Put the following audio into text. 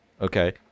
Okay